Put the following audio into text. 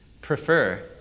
prefer